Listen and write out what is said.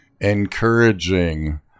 encouraging